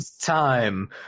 time